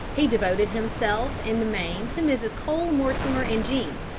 he devoted himself in the main to mrs. cole-mortimer and jean,